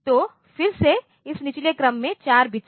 तो फिर से इस निचले क्रम में 4 बिट्स